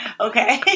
Okay